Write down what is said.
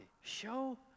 Show